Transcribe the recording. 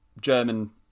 German